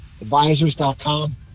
advisors.com